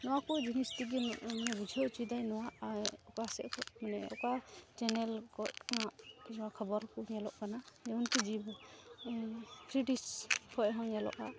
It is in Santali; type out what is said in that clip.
ᱱᱚᱣᱟᱠᱚ ᱡᱤᱱᱤᱥᱛᱮᱜᱮ ᱵᱩᱡᱷᱟᱹᱣ ᱚᱪᱚᱫᱟᱭ ᱱᱚᱣᱟ ᱚᱠᱟᱥᱮᱪ ᱠᱷᱚᱡ ᱢᱟᱱᱮ ᱚᱠᱟ ᱪᱮᱱᱮᱞ ᱠᱷᱚᱡ ᱚᱱᱟ ᱠᱷᱚᱵᱚᱨᱠᱚ ᱧᱮᱞᱚᱜ ᱠᱟᱱᱟ ᱡᱮᱢᱚᱱ ᱩᱱᱠᱚ ᱛᱷᱨᱤᱰᱤᱥ ᱠᱷᱚᱡᱦᱚᱸ ᱧᱮᱞᱚᱜᱼᱟ